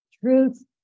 truth